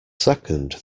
second